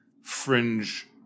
fringe